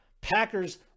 Packers